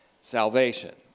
salvation